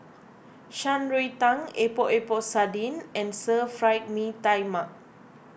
Shan Rui Tang Epok Epok Sardin and Stir Fried Mee Tai Mak